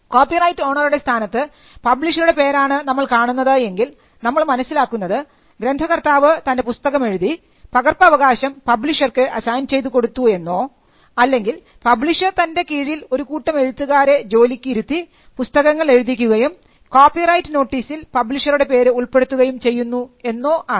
copyright ഓണറുടെ സ്ഥാനത്ത് പബ്ലിഷറുടെ പേരാണ് നമ്മൾ കാണുന്നത് എങ്കിൽ നമ്മൾ മനസ്സിലാക്കുന്നത് ഗ്രന്ഥകർത്താവ് തൻറെ പുസ്തകമെഴുതി പകർപ്പവകാശം പബ്ലിഷർക്ക് അസൈൻ ചെയ്തുകൊടുത്തു എന്നോ അല്ലെങ്കിൽ പബ്ലിഷർ തൻറെ കീഴിൽ ഒരു കൂട്ടം എഴുത്തുകാരെ ജോലിക്ക് ഇരുത്തി പുസ്തകങ്ങൾ എഴുതിക്കുകയും കോപ്പിറൈറ്റ് നോട്ടീസിൽ പബ്ലിഷറുടെ പേര് ഉൾപ്പെടുത്തുകയും ചെയ്യുന്നു എന്നോ ആണ്